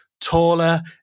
taller